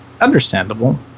understandable